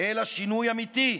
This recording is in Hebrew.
אלא שינוי אמיתי.